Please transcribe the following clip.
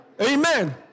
Amen